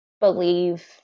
believe